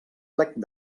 plec